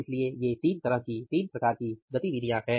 इसलिए ये 3 गतिविधियाँ हैं